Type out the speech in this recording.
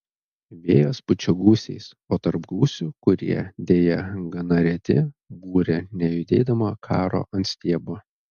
vėjas pučia gūsiais o tarp gūsių kurie deja gana reti burė nejudėdama karo ant stiebo